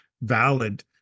valid